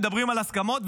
מדברים על הסכמות,